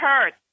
hurt